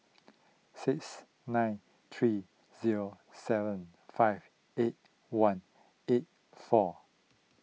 six nine three zero seven five eight one eight four